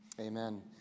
Amen